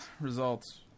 results